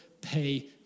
pay